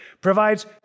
provides